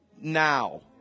now